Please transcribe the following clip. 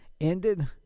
ended